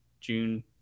june